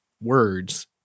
words